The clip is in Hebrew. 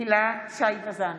הילה שי וזאן,